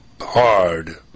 hard